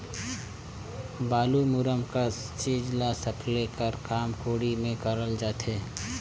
बालू, मूरूम कस चीज ल सकेले कर काम कोड़ी मे करल जाथे